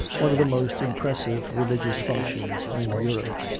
one of the most impressive religious functions in europe.